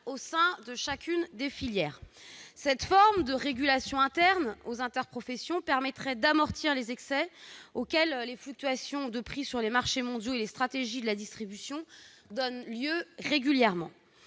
au sein de chaque filière. Cette forme de régulation interne aux interprofessions permettrait d'amortir les excès auxquels les fluctuations de prix sur les marchés mondiaux et les stratégies de la distribution donnent lieu régulièrement.